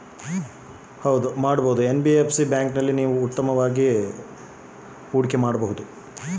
NBFC ಬ್ಯಾಂಕಿನಲ್ಲಿ ಹೂಡಿಕೆ ಮಾಡುವುದು ಉತ್ತಮವೆ?